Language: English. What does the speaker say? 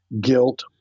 guilt